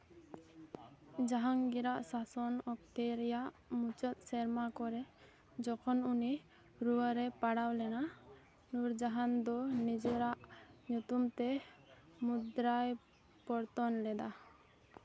ᱡᱟᱦᱟᱝᱜᱤᱨᱟᱜ ᱥᱟᱥᱚᱱ ᱚᱠᱛᱮ ᱨᱮᱭᱟᱜ ᱢᱩᱪᱟᱹᱫ ᱥᱮᱨᱢᱟ ᱠᱚᱨᱮ ᱡᱚᱠᱷᱚᱱ ᱩᱱᱤ ᱨᱩᱭᱟᱹ ᱨᱮᱭ ᱯᱟᱲᱟᱣ ᱞᱮᱱᱟ ᱱᱩᱨᱡᱟᱦᱟᱱ ᱫᱚ ᱱᱤᱡᱮᱨᱟᱜ ᱧᱩᱛᱩᱢᱛᱮ ᱢᱩᱫᱽᱨᱟᱭ ᱯᱚᱨᱛᱚᱱ ᱞᱮᱫᱟ